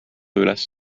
üles